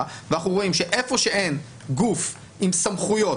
ואנחנו רואים שאיפה שאין גוף עם סמכויות,